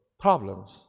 problems